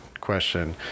question